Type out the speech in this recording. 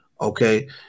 Okay